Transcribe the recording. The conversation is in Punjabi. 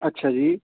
ਅੱਛਾ ਜੀ